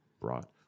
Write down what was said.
brought